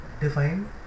define